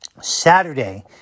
Saturday